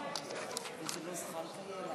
אותו סעיף,